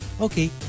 okay